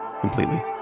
Completely